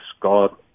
God